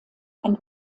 ein